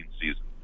season